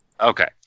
Okay